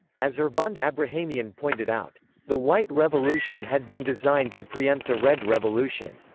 as ervand abrahamian pointed out the white revolution had been designed to preempt a red revolution.